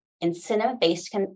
incentive-based